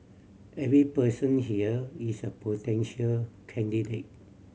every person here is a potential candidate